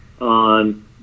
on